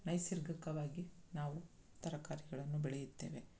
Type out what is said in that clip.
ನೈಸರ್ಗಿಕವಾಗಿ ನಾವು ತರಕಾರಿಗಳನ್ನು ಬೆಳೆಯುತ್ತೇವೆ